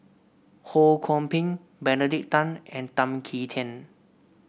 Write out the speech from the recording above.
Ho Kwon Ping Benedict Tan and Tan Kim Tian